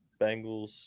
Bengals